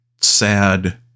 sad